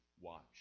watch